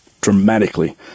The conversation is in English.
dramatically